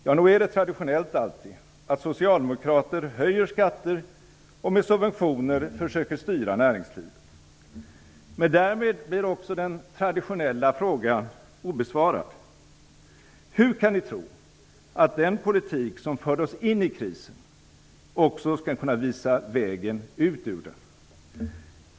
Ja, nog är det traditionellt alltid att socialdemokrater höjer skatter och försöker styra näringslivet med subventioner. Men därmed blir också den traditionella frågan obesvarad. Hur kan ni tro att den politik som förde oss in i krisen också skall kunna visa vägen ut ur den?